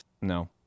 No